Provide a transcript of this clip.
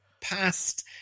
past